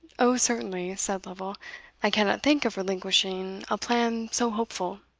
o certainly, said lovel i cannot think of relinquishing a plan so hopeful.